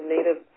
Native